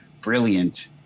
brilliant